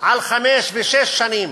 על חמש ושש שנים,